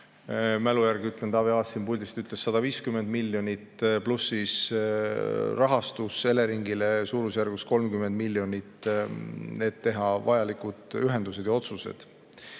mälu järgi ütlen – Taavi Aas siin puldist ütles 150 miljonit, pluss rahastus Eleringile suurusjärgus 30 miljonit, et teha vajalikud ühendused ja otsused.